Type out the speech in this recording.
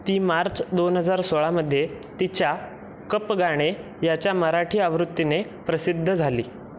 ती मार्च दोन हजार सोळामध्ये तिच्या कपगाणे याच्या मराठी आवृत्तीने प्रसिद्ध झाली